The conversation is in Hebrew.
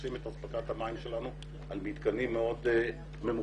מבססים את אספקת המים שלנו על מתקנים מאוד ממוקדים,